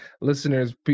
listeners